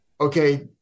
okay